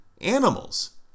animals